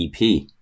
EP